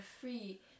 free